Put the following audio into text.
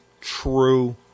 true